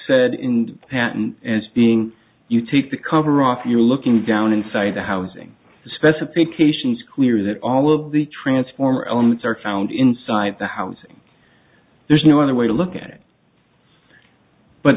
patent as being you take the cover off you're looking down inside the housing specifications clear that all of the transformer elements are found inside the housing there's no other way to look at it but